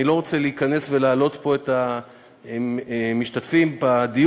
אני לא רוצה להיכנס ולהלאות פה את המשתתפים בדיון,